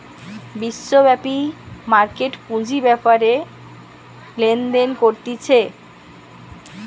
বিশ্বব্যাপী মার্কেট পুঁজি বেপারে লেনদেন করতিছে